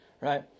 right